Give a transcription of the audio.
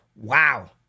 Wow